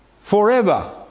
forever